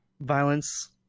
violence